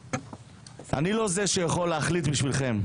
אני לא זה שיכול להחליט בשבילכם,